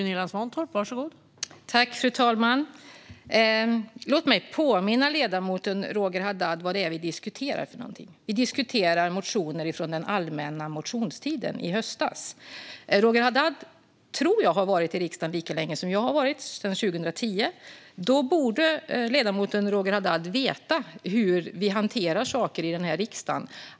Fru talman! Låt mig påminna ledamoten Roger Haddad om vad vi diskuterar: motioner från den allmänna motionstiden i höstas. Jag tror att Roger Haddad har varit i riksdagen lika länge som jag har varit, det vill säga sedan 2010. Därför borde han veta hur vi i riksdagen hanterar saker.